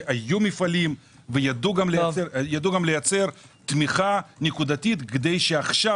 היו מפעלים וידעו גם לייצר תמיכה נקודתית כדי שעכשיו,